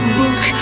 book